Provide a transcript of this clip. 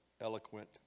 eloquent